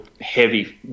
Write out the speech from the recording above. heavy